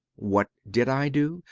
what did i do?